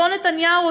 אותו נתניהו,